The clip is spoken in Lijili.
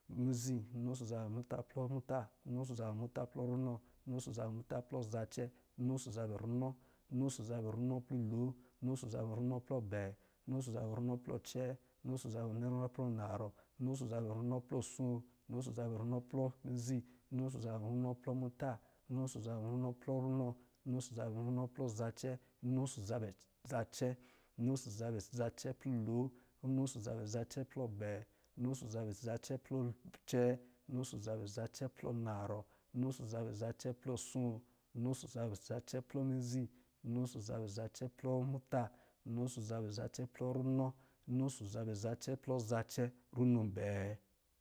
Runo ɔsɔ̄ zabɛ muta plɔ mizi, runo ɔsɔ̄ zabɛ muta plɔ muta, runo ɔsɔ̄ zabɛ muta plɔ runɔ, runo ɔsɔ̄ zabɛ muta plɔ zacɛ, runo ɔsɔ̄ zabɛ muta plɔ runɔ, runo ɔsɔ̄ zabɛ runɔ plɔ lon, runo ɔsɔ̄ zabɛ runɔ plɔ abɛɛ, runo ɔsɔ̄ zabɛ runɔ plɔ acɛɛ, runo ɔsɔ̄ zabɛ runɔ plɔ anarɔ, runo ɔsɔ̄ zabɛ runɔ plɔ asoo, runo ɔsɔ̄ zabɛ runɔ plɔ mizi, runo ɔsɔ̄ zabɛ runɔ plɔ muta runo ɔsɔ̄ zabɛ runɔ plɔ runɔ, runo ɔsɔ̄ zabɛ runɔ plɔ zacɛ, runo ɔsɔ̄ zabɛ zacɛ, runo ɔsɔ̄ zabɛ zacɛ plɔ lon, runo ɔsɔ̄ zabɛ zacɛ plɔ abɛɛ, runo ɔsɔ̄ zabɛ zacɛ plɔ acɛɛ, runo ɔsɔ̄ zabɛ zacɛ plɔ anarɔ, runo ɔsɔ̄ zabɛ zacɛ plɔ asoo, runo ɔsɔ̄ zabɛ zacɛ plɔ mizi runo ɔsɔ̄ zabɛ zacɛ plɔ muta, runo ɔsɔ̄ zabɛ zacɛ plɔ runɔ, runo ɔsɔ̄ zabɛ zacɛ plɔ zacɛ, runo abɛɛ